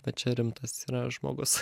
va čia rimtas yra žmogus